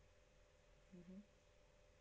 mmhmm